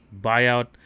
buyout